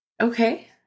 Okay